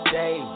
day